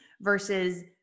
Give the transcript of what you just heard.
versus